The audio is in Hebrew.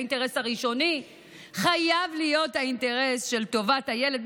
האינטרס הראשוני חייב להיות האינטרס של טובת הילד,